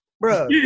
bro